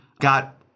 got